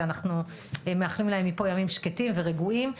ואנחנו מאחלים להם מפה ימים שקטים ורגועים,